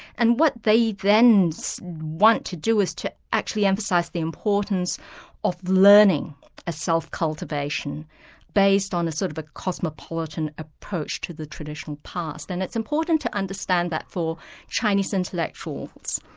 and what they then want to do is to actually emphasise the importance of learning a self-cultivation based on a sort of a cosmopolitan approach to the traditional past. and it's important to understand that for chinese intellectuals,